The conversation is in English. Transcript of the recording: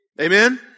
Amen